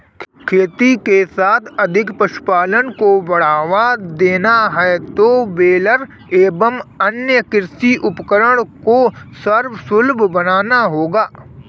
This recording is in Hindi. खेती के साथ यदि पशुपालन को बढ़ावा देना है तो बेलर एवं अन्य कृषि उपकरण को सर्वसुलभ बनाना होगा